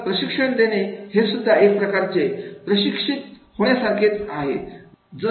तर प्रशिक्षण देणे हीसुद्धा एक प्रकारचे प्रशिक्षित कोण्या सारखेच आहे